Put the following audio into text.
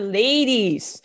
ladies